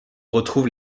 retrouve